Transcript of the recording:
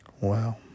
wow